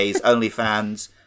onlyfans